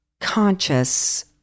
conscious